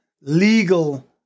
legal